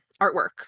artwork